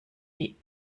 die